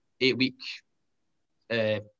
eight-week